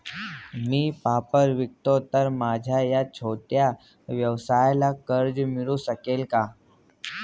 मी पापड विकतो तर माझ्या या छोट्या व्यवसायाला कर्ज मिळू शकेल का?